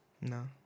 No